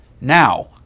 Now